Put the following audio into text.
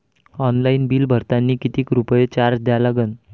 Online bill भरतानी कितीक रुपये चार्ज द्या लागन?